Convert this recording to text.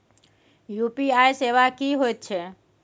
UPI सेवा की होयत छै?